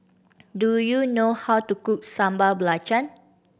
do you know how to cook Sambal Belacan